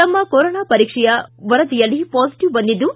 ತಮ್ಮ ಕೊರೋನಾ ಪರೀಕ್ಷಾ ವರದಿಯಲ್ಲಿ ಪಾಸಿಟಿವ್ ಬಂದಿದ್ದು